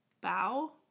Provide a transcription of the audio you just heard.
bow